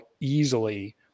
easily